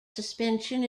suspension